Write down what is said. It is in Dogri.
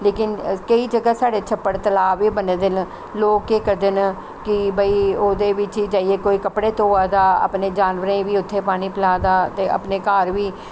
लेकिन केईं जगह् साढ़े छप्पड़ तलाऽ बी बने दे न ते लोक केह् करदे न कि भाई ओह्दे बिच्च जाइयै कोई कपड़े धोआ दा अपने जानवरें गी बी उत्थें पानी पला दा ते अपने घर बी